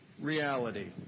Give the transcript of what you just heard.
reality